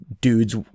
dudes